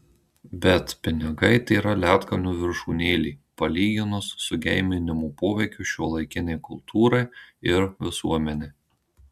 bet pinigai tėra ledkalnio viršūnėlė palyginus su geiminimo poveikiu šiuolaikinei kultūrai ir visuomenei